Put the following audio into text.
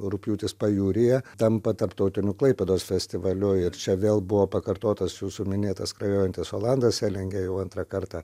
rugpjūtis pajūryje tampa tarptautiniu klaipėdos festivaliu ir čia vėl buvo pakartotas jūsų minėtas skrajojantis olandas elinge jau antrą kartą